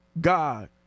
God